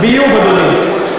ביוב, אדוני.